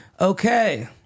okay